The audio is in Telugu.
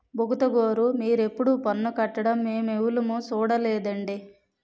బుగతగోరూ మీరెప్పుడూ పన్ను కట్టడం మేమెవులుమూ సూడలేదండి